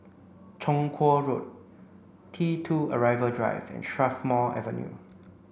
Chong Kuo Road T two Arrival Drive and Strathmore Avenue